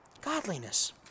Godliness